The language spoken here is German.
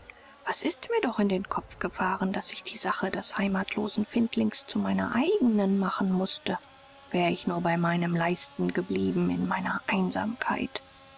was ist mir doch in den kopf gefahren daß ich die sache des heimatlosen findlings zu meiner eignen machen mußte wär ich nur bei meinem leisten geblieben in meiner einsamkeit